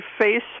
face